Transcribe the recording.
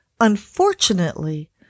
Unfortunately